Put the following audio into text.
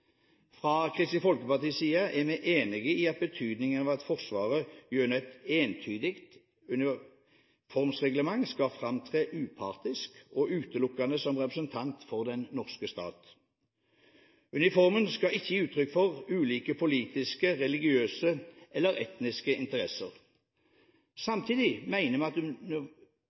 Fra Kristelig Folkepartis side er vi enig i betydningen av at Forsvaret gjennom et entydig uniformsreglement skal framtre upartisk og utelukkende som representant for den norske stat. Uniformen skal ikke gi uttrykk for ulike politiske, religiøse eller etniske interesser. Samtidig mener vi at